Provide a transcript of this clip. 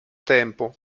tempo